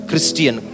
Christian